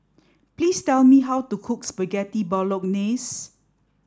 please tell me how to cook Spaghetti Bolognese